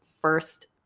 first